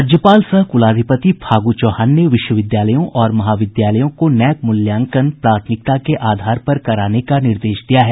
राज्यपाल सह कुलाधिपति फागू चौहान ने विश्वविद्यालयों और महाविद्यालयों को नैक मूल्यांकन प्राथमिकता के आधार पर कराने का निर्देश दिया है